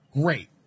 Great